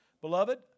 Beloved